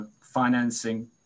financing